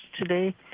today